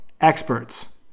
experts